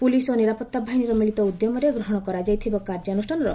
police ଓ ନିରାପତ୍ତା ବାହିନୀର ମିଳିତ ଉଦ୍ୟମରେ ଗ୍ରହଣ କରାଯାଇଥିବା କାର୍ଯ୍ୟାନୁଷାନର ସୁଫଳ ମିଳୁଛି